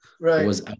right